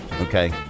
Okay